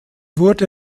wurde